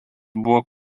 buvo